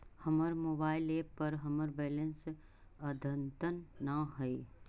हमर mobile app पर हमर बैलेंस अद्यतन ना हई